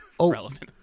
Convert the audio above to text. relevant